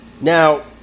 Now